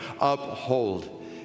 uphold